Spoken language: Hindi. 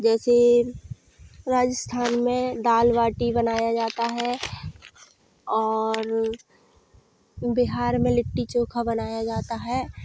जैस राजस्थान में दाल बाटी बनाया जाता है और बिहार में लिट्टी चोखा बनाया जाता है